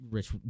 Rich